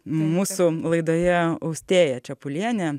mūsų laidoje austėja čepulienė